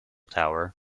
tower